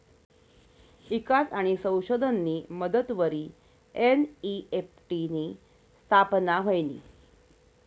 ईकास आणि संशोधननी मदतवरी एन.ई.एफ.टी नी स्थापना व्हयनी